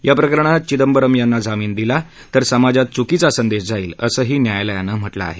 या प्रकरणात चिदंबरम यांना जामीन दिला तर समाजात चुकीचा संदेश जाईल असंही न्यायालयानं म्हटलं आहे